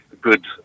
good